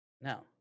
Now